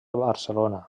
barcelona